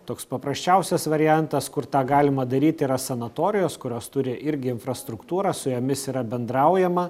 toks paprasčiausias variantas kur tą galima daryti yra sanatorijos kurios turi irgi infrastruktūrą su jomis yra bendraujama